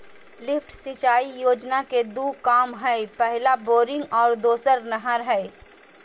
lift सिंचाई योजना के दू काम हइ पहला बोरिंग और दोसर नहर हइ